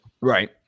right